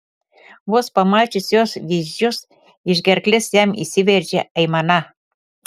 vos pamačius jos vyzdžius iš gerklės jam išsiveržė aimana